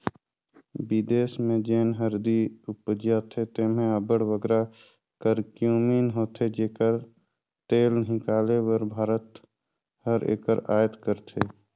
बिदेस में जेन हरदी उपजथे तेम्हें अब्बड़ बगरा करक्यूमिन होथे जेकर तेल हिंकाले बर भारत हर एकर अयात करथे